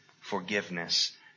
forgiveness